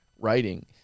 writing